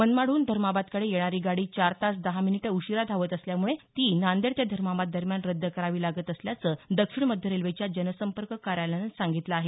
मनमाडहून धर्माबादकडे येणारी गाडी चार तास दहा मिनीटं उशीरा धावत असल्यामुळे ती नांदेड ते धर्माबाद दरम्यान रद्द करावी लागत असल्याचं दक्षिण मध्ये रेल्वेच्या जनसंपर्क कार्यालयानं सांगितलं आहे